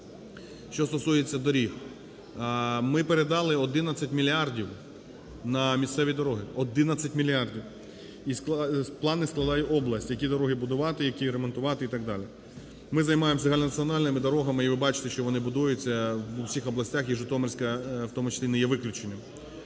Що стосується доріг. Ми передали 11 мільярдів на місцеві дороги – 11 мільярдів. І плани складає область, які дороги будувати, які ремонтувати і так далі. Ми займаємося національними дорогами, і ви бачите, що вони будуються в усіх областях, і Житомирська в тому числі не є виключенням.